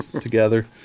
together